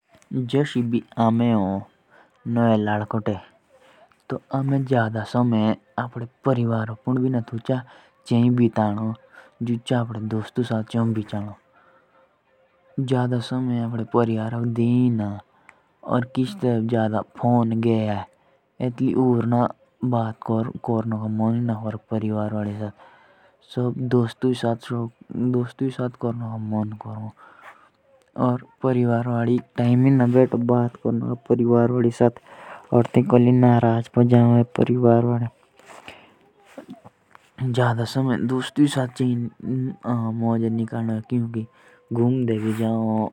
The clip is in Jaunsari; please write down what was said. जो एभेके नौवे लड़कोते भी हो तो सेवो परिवार के साथ एतरा सोमेह चाहिना बितानो जोत्र की अपनदे दोस्तु साते। ओर ऊपर से अबे एजे जो फोन रे एगे आई तो एतुली तो और भी भौते ही गे बिगड़े।